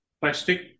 plastic